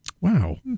wow